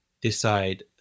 decide